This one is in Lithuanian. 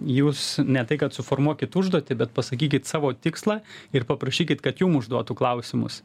jūs ne tai kad suformuokit užduotį bet pasakykit savo tikslą ir paprašykit kad jum užduotų klausimus